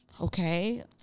okay